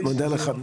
אוקיי, אני מודה לך.